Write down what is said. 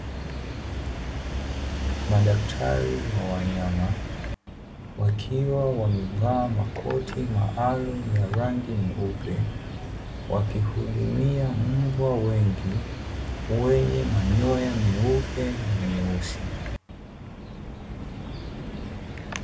Madaktari wa wanyama, wakiwa wamevaa makoti maalumu ya rangi nyeupe, wakihudumia mbwa wengi wenye manyoya meupe na meusi .